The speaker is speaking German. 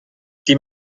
die